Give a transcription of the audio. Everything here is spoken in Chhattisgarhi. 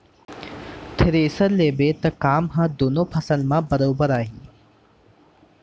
थेरेसर लेबे त काम ह दुनों फसल म बरोबर आही